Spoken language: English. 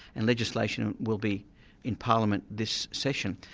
and legislation will be in parliament this session.